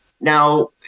now